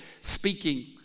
speaking